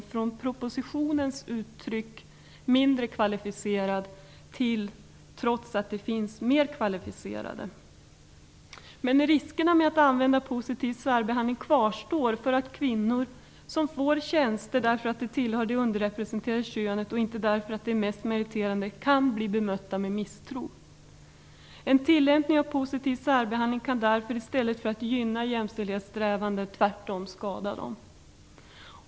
Man har ändrat propositionens uttryck "mindre kvalificerade" till "trots att det finns mer kvalificerade". Men riskerna med att använda positiv särbehandling kvarstår för att kvinnor som får tjänster därför att de tillhör det underrepresenterade könet och inte därför att de är mest meriterade kan bli bemötta med misstro. En tillämpning av positiv särbehandling kan därför i stället för att gynna jämställdhetssträvanden tvärtom skada dem.